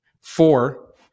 Four